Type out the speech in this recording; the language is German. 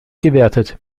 gewertet